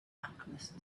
alchemist